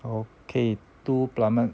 okay two punnet